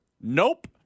Nope